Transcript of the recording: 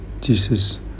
Jesus